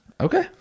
okay